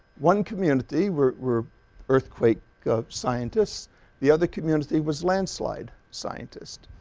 one community were earthquake scientists the other community was landslide scientists.